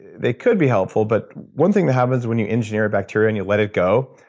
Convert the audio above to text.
they could be helpful but one thing that happens when you engineer a bacteria, and you let it go,